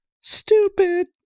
Stupid